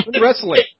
wrestling